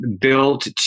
built